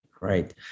right